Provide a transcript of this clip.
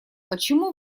почему